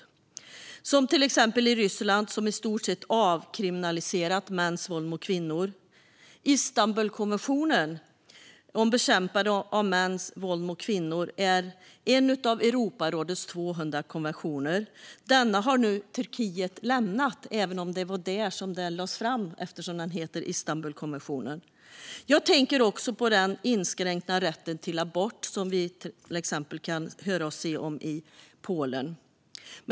Ryssland är ett exempel på ett sådant land. Man har i stort sett avkriminaliserat mäns våld mot kvinnor. Istanbulkonventionen om bekämpande av mäns våld mot kvinnor är en av Europarådets 200 konventioner. Denna har nu Turkiet lämnat, även om det var där som den lades fram - den heter ju Istanbulkonventionen. Jag tänker också på den inskränkta rätt till abort som vi kan se och höra om i Polen.